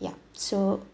yup so